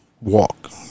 walk